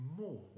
more